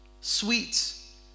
sweets